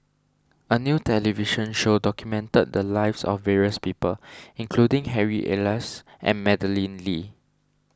a new television show documented the lives of various people including Harry Elias and Madeleine Lee